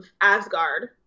Asgard